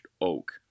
oak